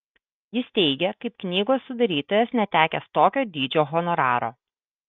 jis teigia kaip knygos sudarytojas netekęs tokio dydžio honoraro